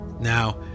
Now